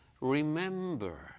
remember